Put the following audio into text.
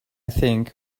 think